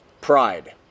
pride